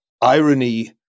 irony